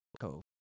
Cove